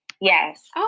Yes